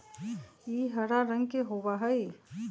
ई हरा रंग के होबा हई